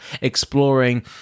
exploring